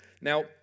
Now